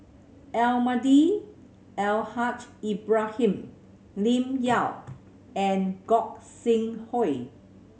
Almahdi Al Haj Ibrahim Lim Yau and Gog Sing Hooi